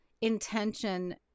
intention